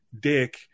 Dick